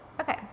Okay